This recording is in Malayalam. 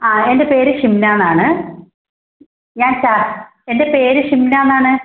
ആ എൻ്റെ പേര് ഷിംന എന്നാണ് ഞാൻ എൻ്റെ പേര് ഷിംന എന്നാണ്